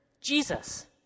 Jesus